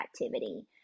activity